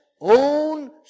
own